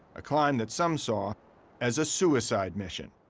a climb that some saw as a suicide mission.